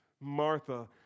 Martha